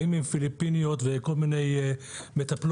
באים עם פיליפיניות וכל מיני מטפלות